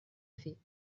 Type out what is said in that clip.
fait